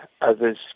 others